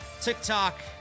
TikTok